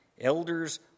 Elders